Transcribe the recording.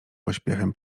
pośpiechem